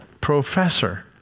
Professor